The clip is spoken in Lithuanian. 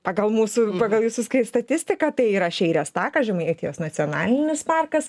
pagal mūsų pagal jūsų skai statistiką tai yra šeirės takas žemaitijos nacionalinis parkas